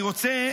אני רוצה